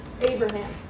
Abraham